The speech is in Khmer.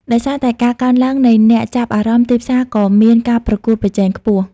ដោយសារតែការកើនឡើងនៃអ្នកចាប់អារម្មណ៍ ទីផ្សារក៏មាន ការប្រកួតប្រជែងខ្ពស់។